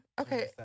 Okay